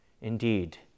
Indeed